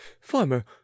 Farmer